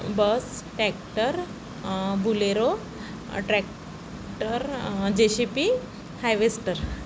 bus tractor bolero tractor JCB harvester